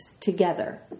together